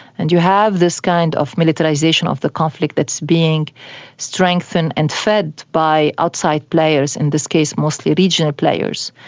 and you have this kind of militarisation of the conflict that's being strengthened and fed by outside players, in this case mostly regional players,